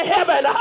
heaven